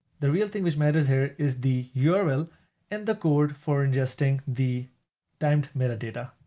the real thing which matters here is the yeah url and the code for ingesting the timed metadata,